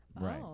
Right